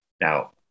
Now